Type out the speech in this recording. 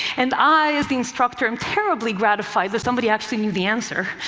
and i as the instructor am terribly gratified that somebody actually knew the answer.